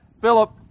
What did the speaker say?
Philip